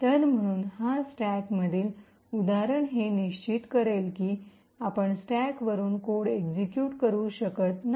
तर म्हणून या स्टॅक मधील उदाहरण हे निश्चित करेल की आपण स्टॅकवरून कोड एक्सिक्यूट करू शकत नाही